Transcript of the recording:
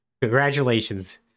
congratulations